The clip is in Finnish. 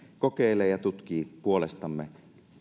kokeilee ja tutkii puolestamme